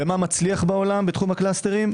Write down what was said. במה מצליח בעולם בתחום הקלסטרים,